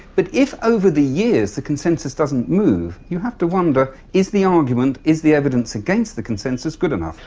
but if over the years the consensus doesn't move, you have to wonder is the argument, is the evidence against the consensus good enough?